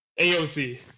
AOC